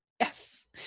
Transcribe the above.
Yes